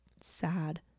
sad